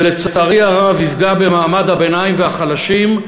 לצערי הרב יפגע במעמד הביניים ובחלשים,